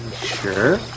Sure